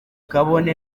kabone